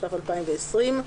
התש"ף 2020‏,